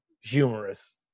humorous